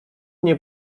nie